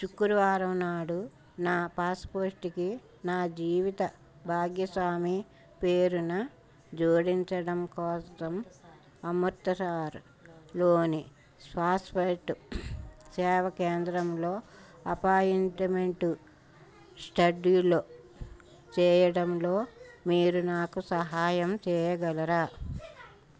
శుక్రవారం నాడు నా పాస్పోర్ట్కి నా జీవిత భాగ్యస్వామి పేరును జోడించడం కోసం అమృతసర్లోని స్వాస్ఫేట్ సేవ కేంద్రంలో అపాయింట్మెంట్ ష్టడ్యూల్ చేయడంలో మీరు నాకు సహాయం చేయగలరా